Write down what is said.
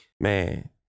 Man